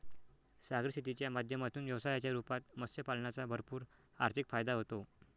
सागरी शेतीच्या माध्यमातून व्यवसायाच्या रूपात मत्स्य पालनाचा भरपूर आर्थिक फायदा होतो